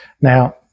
Now